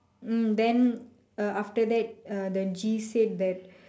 hmm uh then after that uh the G said that